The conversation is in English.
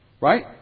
right